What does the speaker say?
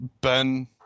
Ben